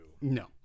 No